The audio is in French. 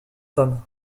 femmes